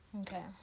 Okay